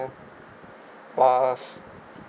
bars